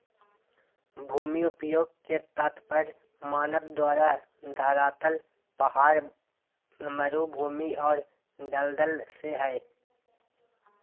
भूमि उपयोग के तात्पर्य मानव द्वारा धरातल पहाड़, मरू भूमि और दलदल से हइ